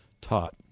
taught